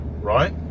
right